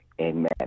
amen